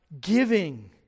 giving